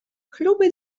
kluby